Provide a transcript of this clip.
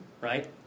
right